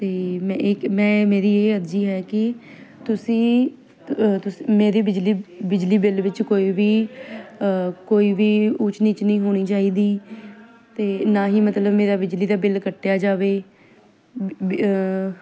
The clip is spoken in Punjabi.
ਅਤੇ ਮੈਂ ਮੇਰੀ ਇਹ ਅਰਜ਼ੀ ਹੈ ਕਿ ਤੁਸੀਂ ਮੇਰੇ ਬਿਜਲੀ ਬਿਜਲੀ ਬਿੱਲ ਵਿੱਚ ਕੋਈ ਵੀ ਕੋਈ ਵੀ ਊਚ ਨੀਚ ਨਹੀਂ ਹੋਣੀ ਚਾਹੀਦੀ ਅਤੇ ਨਾ ਹੀ ਮਤਲਬ ਮੇਰਾ ਬਿਜਲੀ ਦਾ ਬਿੱਲ ਕੱਟਿਆ ਜਾਵੇ